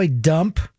dump